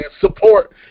support